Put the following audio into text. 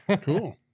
Cool